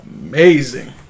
amazing